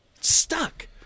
stuck